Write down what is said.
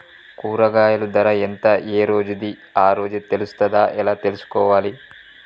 కూరగాయలు ధర ఎంత ఏ రోజుది ఆ రోజే తెలుస్తదా ఎలా తెలుసుకోవాలి?